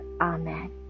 Amen